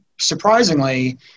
surprisingly